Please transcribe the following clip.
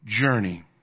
journey